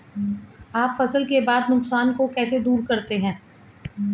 आप फसल के बाद के नुकसान को कैसे दूर करते हैं?